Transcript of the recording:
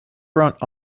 brought